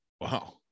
wow